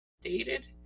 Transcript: dated